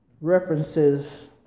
references